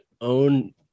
own